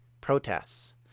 protests